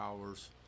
hours